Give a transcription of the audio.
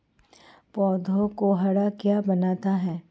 पौधों को हरा क्या बनाता है?